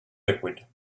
liquid